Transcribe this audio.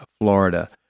Florida